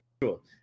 cool